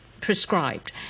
prescribed